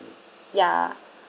ya